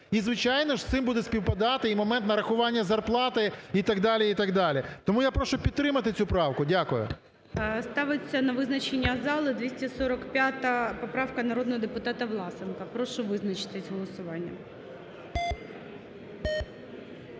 І, звичайно ж, з цим буде співпадати і момент нарахування зарплати і так далі, і так далі. Тому я прошу підтримати цю правку. Дякую. ГОЛОВУЮЧИЙ. Ставиться на визначення зали 245 поправка, народного депутата Власенка. Прошу визначитись голосуванням.